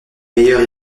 meilleure